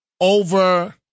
over